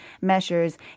measures